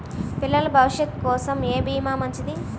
పిల్లల భవిష్యత్ కోసం ఏ భీమా మంచిది?